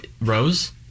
Rose